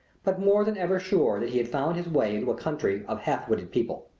but more than ever sure that he had found his way into a country of half-witted people.